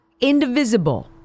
indivisible